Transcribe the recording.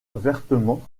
vertement